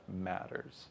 matters